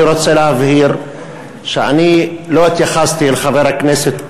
אני רוצה להבהיר שאני לא התייחסתי אל חבר הכנסת